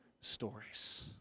stories